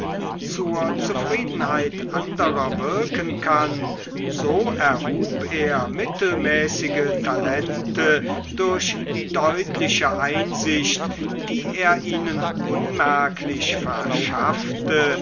zur zufriedenheit anderer wirken kann so erhub er mittelmäßige talente durch die deutliche einsicht die er ihnen unmerklich verschaffte